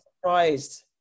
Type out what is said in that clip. surprised